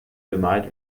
bemalt